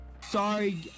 sorry